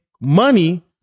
money